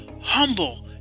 Humble